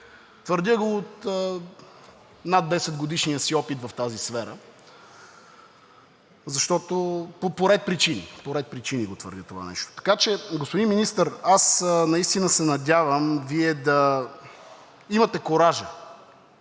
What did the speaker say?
Твърдя го от над 10 годишния си опит в тази сфера по ред причини. По ред причини го твърдя това нещо. Така че, господин Министър, наистина се надявам Вие да имате куража